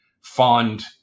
fond